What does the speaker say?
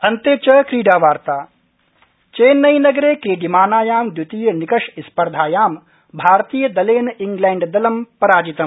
अन्त च क्रीडावार्ता चेन्नई नगरे क्रीड्यमानायां द्वितीयनिकष स्पर्धायां भारतीयदलेन इंग्लैण्डदलम् पराजितम्